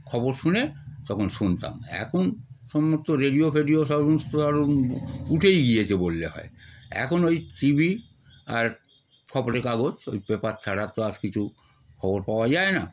খবর শুনে তখন শুনতাম এখন সমস্ত রেডিও ফেডিও সমস্ত আরও উঠেই গিয়েছে বললে হয় এখন ওই টি ভি আর খবরের কাগজ ওই পেপার ছাড়া তো আর কিছু খবর পাওয়া যায় না